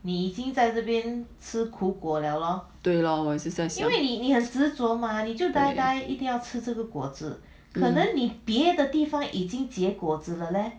对 loh 我一直在想 um